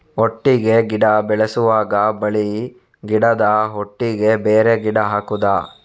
ಒಟ್ಟಿಗೆ ಗಿಡ ಬೆಳೆಸುವಾಗ ಬಳ್ಳಿ ಗಿಡದ ಒಟ್ಟಿಗೆ ಬೇರೆ ಗಿಡ ಹಾಕುದ?